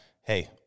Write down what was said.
Hey